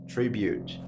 Tribute